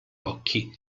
occhi